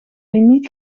limiet